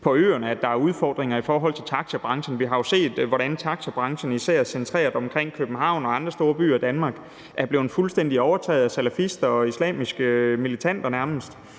på øerne, der er udfordringer i forhold til taxabranchen. Vi har jo set, hvordan taxabranchen, især centreret omkring København og andre store byer i Danmark, nærmest fuldstændig er blevet overtaget af salafister og islamiske militante, og jeg